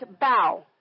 bow